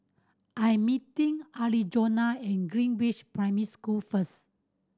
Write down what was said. I'm meeting Arizona at Greenridge Primary School first